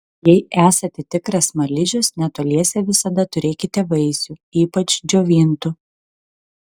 jei esate tikras smaližius netoliese visada turėkite vaisių ypač džiovintų